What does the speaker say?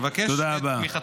אבקש את תמיכתכם.